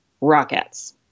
rockets